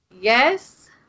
Yes